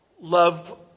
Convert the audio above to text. love